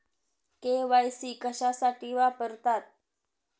KYC कशासाठी वापरतात?